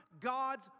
God's